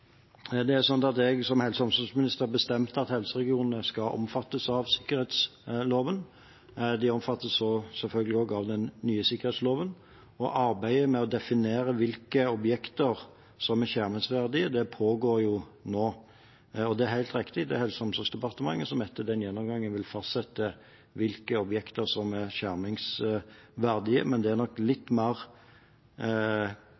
som helse- og omsorgsminister, bestemte at helseregionene skal omfattes av sikkerhetsloven – de omfattes selvfølgelig også av den nye sikkerhetsloven. Arbeidet med å definere hvilke objekter som er skjermingsverdige, pågår nå. Det er helt riktig at det er Helse- og omsorgsdepartementet som etter den gjennomgangen vil fastsette hvilke objekter som er skjermingsverdige, men det er nok